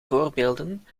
voorbeelden